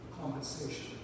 compensation